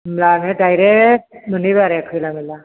होमब्लानो डाइरेक्ट मोनहैबाय आरो खैला मैला